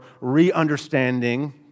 re-understanding